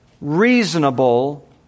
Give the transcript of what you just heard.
reasonable